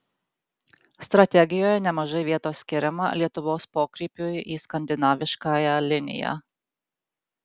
strategijoje nemažai vietos skiriama lietuvos pokrypiui į skandinaviškąją liniją